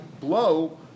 blow